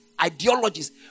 ideologies